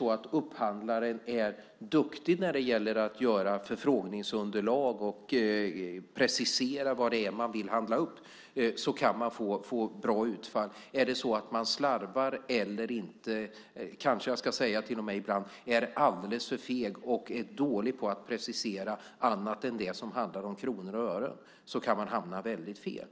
Om upphandlaren är duktig när det gäller att göra förfrågningsunderlag och precisera vad man vill upphandla kan man få bra utfall. Är det så att man slarvar eller kanske ibland är alldeles för feg att precisera annat än det som handlar om kronor och ören kan man hamna väldigt fel.